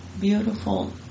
beautiful